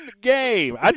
game